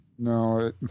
No